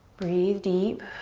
breathe deep.